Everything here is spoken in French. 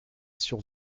sur